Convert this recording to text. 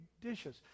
dishes